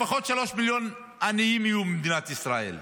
לפחות שלושה מיליון עניים יהיו במדינת ישראל,